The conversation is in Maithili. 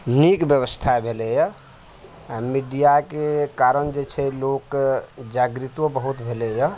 नीक व्यवस्था भेलैया आ मीडियाके कारण जे छै लोक जागृतो बहुत भेलैया